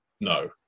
no